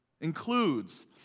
includes